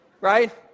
right